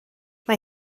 mae